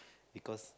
because